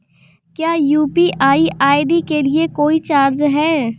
क्या UPI ID के लिए कोई चार्ज है?